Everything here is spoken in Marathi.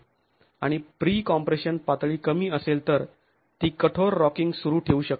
आणि प्री कॉम्प्रेशन पातळी कमी असेल तर ती कठोर रॉकिंग सुरू ठेवू शकते